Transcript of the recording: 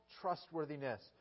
Trustworthiness